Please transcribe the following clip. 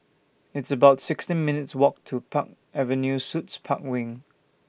It's about sixteen minutes' Walk to Park Avenue Suites Park Wing